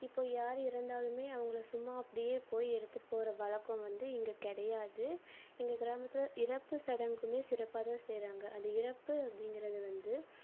இப்போ யார் இறந்தாலுமே அவங்கள சும்மா அப்படியே போய் எடுத்துகிட்டு போகற வழக்கம் வந்து இங்கே கிடையாது எங்கள் கிராமத்தில் இறப்பு சடங்குமே சிறப்பாக தான் செய்யறாங்க அந்த இறப்பு அப்படீங்கிறது வந்து